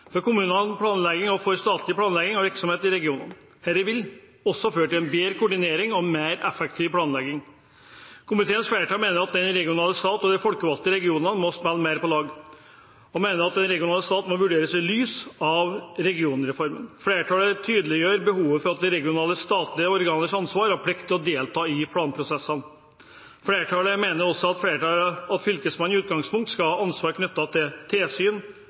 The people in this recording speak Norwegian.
for kommunal planlegging og for statlig planlegging og virksomhet i regionen. Dette vil også føre til bedre koordinering og en mer effektiv planlegging. Komiteens flertall mener at den regionale stat og de folkevalgte regionene må spille mer på lag, og at den regionale stat må vurderes i lys av regionreformen. Flertallet tydeliggjør behovet for regionale statlige organers ansvar og plikt til å delta i planprosessene. Flertallet mener også at Fylkesmannen i utgangspunktet skal ha ansvar knyttet til tilsyn,